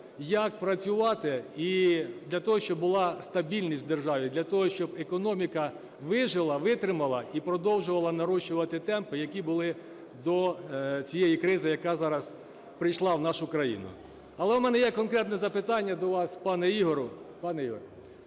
як працювати, для того щоб була стабільність у державі, для того щоб економіка вижила, витримала і продовжувала нарощувати темпи, які були до цієї кризи, яка зараз прийшла в нашу країну. Але в мене є конкретне питання до вас, пане Ігорю.